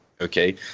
Okay